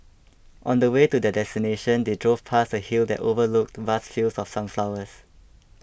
on the way to their destination they drove past a hill that overlooked vast fields of sunflowers